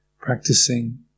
practicing